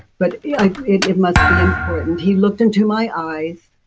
but yeah it must be important he looked into my eyes,